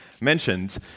mentioned